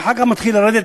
ואחר כך מתחיל לרדת,